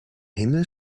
himmel